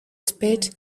spit